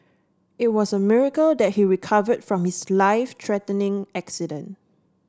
it was a miracle that he recovered from his life threatening accident